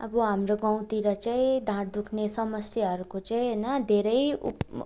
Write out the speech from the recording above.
अब हाम्रो गाउँतिर चाहिँ ढाड दुख्ने समस्याहरूको चाहिँ होइन धेरै उप्